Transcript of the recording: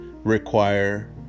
Require